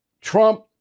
Trump